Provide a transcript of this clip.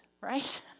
right